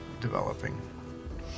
developing